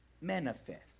manifest